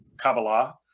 Kabbalah